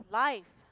life